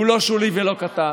והוא לא שולי ולא קטן,